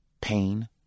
pain